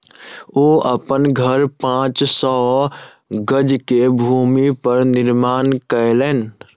ओ अपन घर पांच सौ गज के भूमि पर निर्माण केलैन